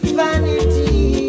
vanity